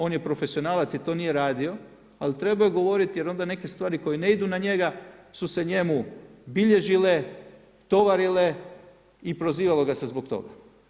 On je profesionalac i to nije radio, ali trebao je govoriti jer onda neke stvari koje ne idu na njega su se njemu bilježile, tovarile i prozivalo ga se zbog toga.